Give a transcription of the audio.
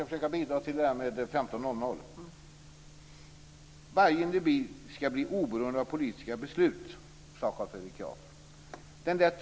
Fru talman! Varje individ skall bli oberoende av politiska beslut, sade Carl Fredrik Graf.